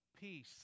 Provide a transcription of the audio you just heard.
Peace